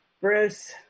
Bruce